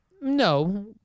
No